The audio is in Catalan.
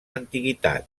antiguitat